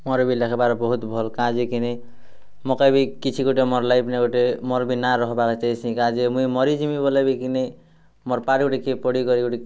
ମୋର୍ ବି ଲେଖ୍ବାର୍ ବହୁତ୍ ଭଲ୍ କାଏଁଯେ କିନି ମୁଇଁ କହେବି କିଛି ଗୁଟେ ମୋର ଲାଇଫ୍ ନେ ଗୁଟେ ମୋର୍ ବିନା ରହେବାର୍ କେ ଚାହେଁସି କାଏଁଯେ କି ମୁଇଁ ମରିଜିମି ବେଲେ ବି କିନି ମୋର୍ ପାଠ୍ କିଏ ଗୁଟେ ପଢ଼ି କରି